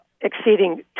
exceeding